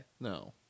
no